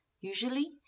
Usually